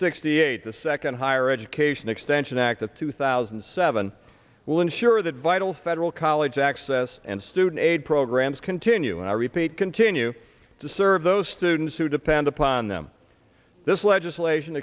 sixty eight the second higher education extension act of two thousand and seven will ensure that vital federal college access and student aid programs continue and i repeat continue to serve those students who depend upon them this legislation